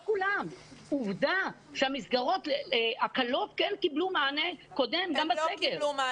עובדה שהמסגרות הקלות כן קיבלו מענה קודם גם בסגר,